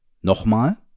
nochmal